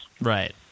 right